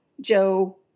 Joe